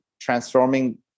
transforming